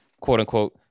quote-unquote